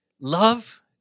love